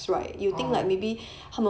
orh